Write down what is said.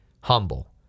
Humble